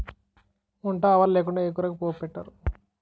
వంట ఆవాలు లేకుండా ఏ కూరకి పోపు పెట్టరు